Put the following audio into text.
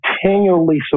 continually